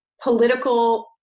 political